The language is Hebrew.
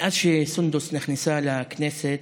מאז שסונדוס נכנסה לכנסת,